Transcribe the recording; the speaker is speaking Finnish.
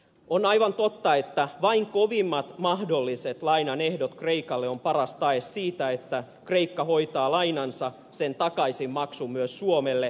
on aivan totta että vain kovimmat mahdolliset lainan ehdot kreikalle on paras tae siitä että kreikka hoitaa lainansa ja sen takaisinmaksun myös suomelle